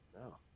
No